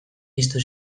piztu